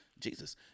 Jesus